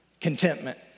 Contentment